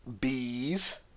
Bees